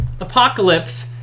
Apocalypse